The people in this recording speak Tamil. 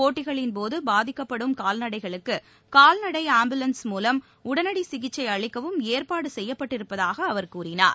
போட்டிகளின் போது பாதிக்கப்படும் கால்நடைகளுக்கு கால்நடை ஆம்புலன்ஸ் மூலம் உடனடி சிகிச்சை அளிக்கவும் ஏற்பாடு செய்யப்பட்டிருப்பதாக அவர் கூறினார்